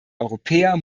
europäer